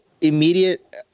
Immediate